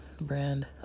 brand